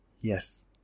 Yes